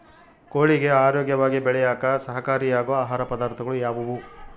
ಕೋಳಿಗೆ ಆರೋಗ್ಯವಾಗಿ ಬೆಳೆಯಾಕ ಸಹಕಾರಿಯಾಗೋ ಆಹಾರ ಪದಾರ್ಥಗಳು ಯಾವುವು?